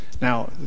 Now